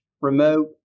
remote